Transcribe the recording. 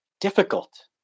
difficult